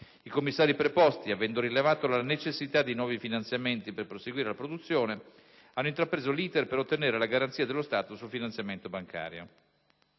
I commissari preposti, avendo rilevato la necessità di nuovi finanziamenti per proseguire la produzione, hanno intrapreso l'*iter* per ottenere la garanzia dello Stato sul finanziamento bancario.